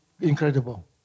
incredible